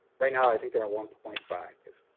right now, i think they're on one point five.